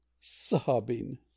sobbing